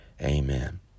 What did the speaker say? Amen